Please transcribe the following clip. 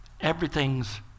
everything's